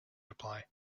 reply